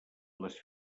les